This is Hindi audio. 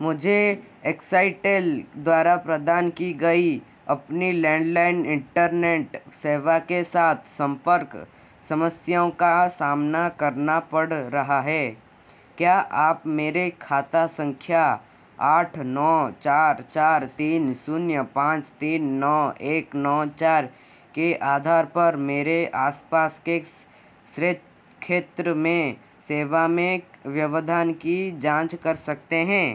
मुझे एक्साइटेल द्वारा प्रदान की गई अपनी लैंडलाइन इंटरनेट सेवा के साथ संपर्क समस्याओं का सामना करना पड़ रहा है क्या आप मेरे खाता संख्या आठ नौ चार चार तीन शून्य पाँच तीन नौ एक नौ चार के आधार पर मेरे आस पास के सेत्र क्षेत्र में सेवा में व्यवधान कि जाँच कर सकते हैं